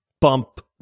bump